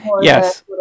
Yes